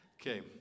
okay